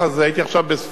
הייתי עכשיו בספרד